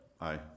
Aye